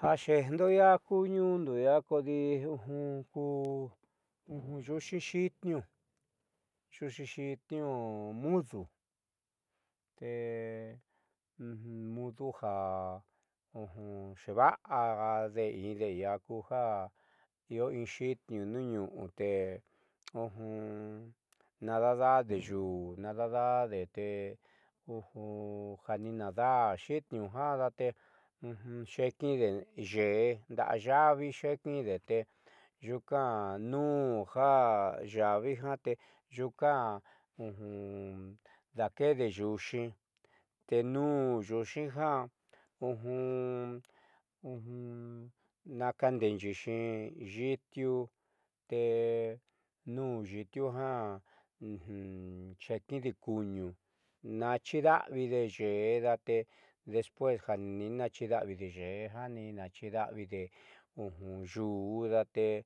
Jaxeejndo ku ñuundo lia kodi kuyuuxi xiitniu yuuxi xiitniu mudu te mudu ja xeeva'ade inde kuju io inxiitniu nuun ñu'u te nadada'ade yu'unada'ade te ja ni naadaá xiitniu ja te xeékide yeé ndáa yavi xeekiidee te yuuka nuun ja yaavi xeekiidee yuuxi te nuun yuuxi ja nakadeeyiixi yiitiu te nuun yiitiu xeekide kuñu naachidaavide yee despues ni naachiida'avide yeé ja ni nachida'avide yuu date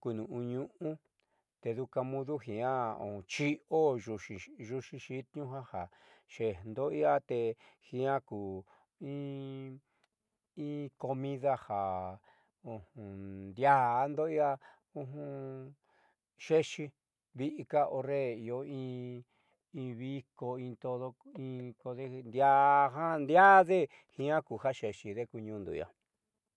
kunu'u ñu'u te duuka mudu jiaa xi'io yuuxi xiitniu ja xeejdo iia te jiaa ku in comida ndiaando iia xeexi viika horre io in viko intodo ndiaa ndi'aade jiaa kuja xeexide ku ñuundo iia.